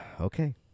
Okay